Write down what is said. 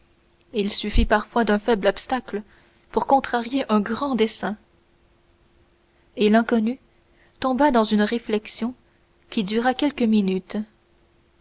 il suffit parfois d'un faible obstacle pour contrarier un grand dessein et l'inconnu tomba dans une réflexion qui dura quelques minutes